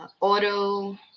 auto